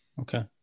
Okay